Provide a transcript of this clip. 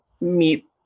meet